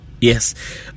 Yes